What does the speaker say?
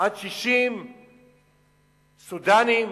60 סודנים.